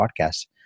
podcast